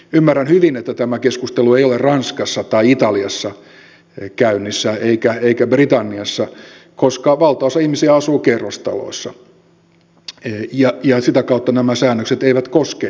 ymmärrän hyvin että tämä keskustelu ei ole ranskassa tai italiassa käynnissä eikä britanniassa koska valtaosa ihmisistä asuu kerrostaloissa ja sitä kautta nämä säännökset eivät koske heitä